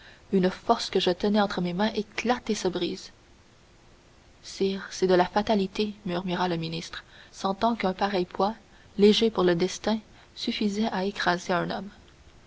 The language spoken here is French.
une force que je tenais entre mes mains éclate et me brise sire c'est de la fatalité murmura le ministre sentant qu'un pareil poids léger pour le destin suffisait à écraser un homme